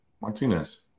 Martinez